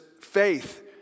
faith